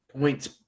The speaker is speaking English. points